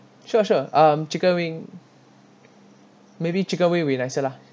sure sure um chicken wing maybe chicken wing will be nicer lah